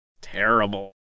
Terrible